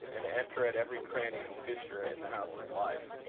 and enter at every cranny and fissure in the house of life,